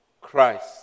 Christ